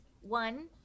one